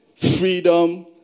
freedom